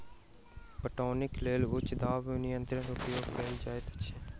पटौनीक लेल उच्च दाब यंत्रक उपयोग कयल जाइत अछि